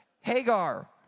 Hagar